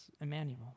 Emmanuel